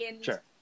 Sure